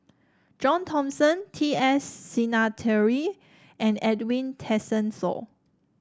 John Thomson T S Sinnathuray and Edwin Tessensohn